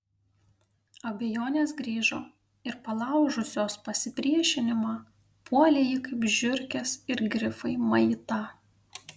abejonės grįžo ir palaužusios pasipriešinimą puolė jį kaip žiurkės ir grifai maitą